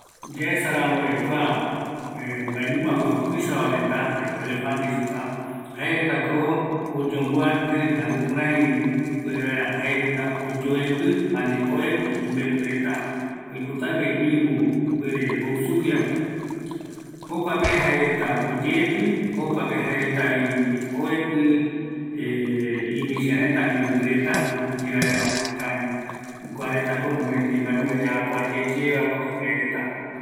Yaesa ramboeve kua mɨmba tuisa vareta, elefanta, jaereta oyomboatɨ, jukuraï jaereta oyoepɨ vaera, ani oepɨ imembɨ reta, aguiyeara oipɨ sugui mbae, jokoropi oyoepɨ, kuareta oajaete yaraku katu